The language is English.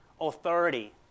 authority